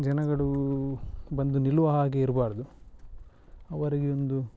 ಜನಗಳು ಬಂದು ನಿಲ್ಲುವ ಹಾಗೆ ಇರಬಾರ್ದು ಅವರಿಗೆ ಒಂದು